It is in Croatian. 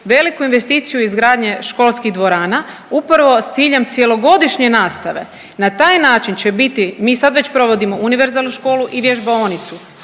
veliku investiciju izgradnje školskih dvorana upravo s ciljem cjelogodišnje nastave. Na taj način će biti, mi sad već provodimo univerzalnu školu i vježbaonicu,